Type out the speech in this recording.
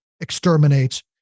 exterminates